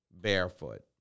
barefoot